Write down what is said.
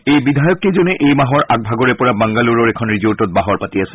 এই বিধায়ককেইজনে এই মাহৰ আগভাগৰে পৰা বাংগালুৰুৰ এখন ৰিজৰ্টত বাহৰ পাতি আছে